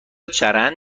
چرند